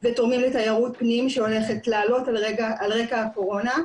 ותורמים לתיירות פנים שהולכת לעלות על רקע הקורונה.